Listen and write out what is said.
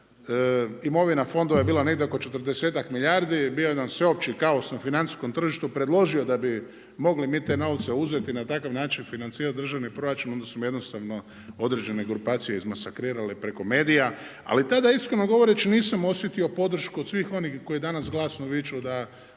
imovina fondova je negdje oko četrdesetak milijardi, bio je jedan sveopći kaos na financijskom tržištu, predložio da bi mogli mi te novce uzeti i na takav način financirati državni proračun, onda su me jednostavno određene grupacije izmasakrirale preko medija, ali tada iskreno govoreći, nisam osjetio podršku od svih onih koji danas glavno viču da